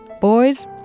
Boys